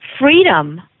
Freedom